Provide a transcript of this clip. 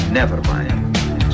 Nevermind